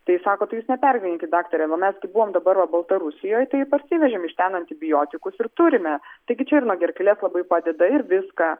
tai sako tai jūs nepergyvenkit daktare va mes kai buvom dabar va baltarusijoj tai parsivežėm iš ten antibiotikus ir turime taigi čia ir nuo gerklės labai padeda ir viską